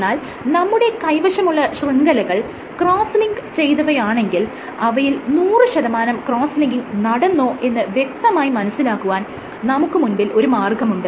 എന്നാൽ നമ്മുടെ കൈവശമുള്ള ശൃംഖലകൾ ക്രോസ്സ് ലിങ്ക് ചെയ്തവയാണെങ്കിൽ അവയിൽ നൂറ് ശതമാനം ക്രോസ്സ് ലിങ്കിങ് നടന്നോ എന്ന് വ്യക്തമായി മനസ്സിലാക്കുവാൻ നമുക്ക് മുൻപിൽ ഒരു മാർഗ്ഗമുണ്ട്